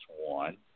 one